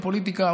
והפוליטיקה,